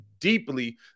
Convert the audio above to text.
deeply